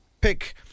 pick